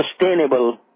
sustainable